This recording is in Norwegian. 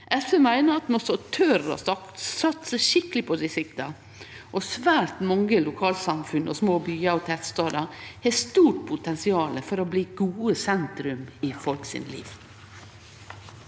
SV meiner at ein må tore å satse skikkeleg på distrikta, og svært mange lokalsamfunn og små byar og tettstader har stort potensial for å bli gode sentrum i livet